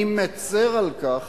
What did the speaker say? אני מצר על כך